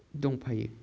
दंफायो